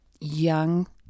young